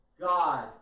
God